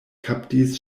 kaptis